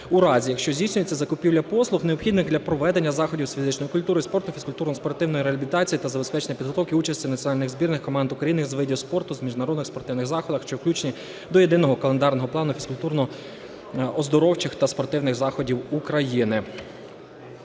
у разі, якщо здійснюється закупівля послуг, необхідних для проведення заходів з фізичної культури і спорту, фізкультурно-спортивної реабілітації та забезпечення підготовки, участі національних збірних команд України з видів спорту в міжнародних спортивних заходах, що включені до єдиного календарного плану фізкультурно-оздоровчих та спортивних заходів України.